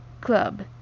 Club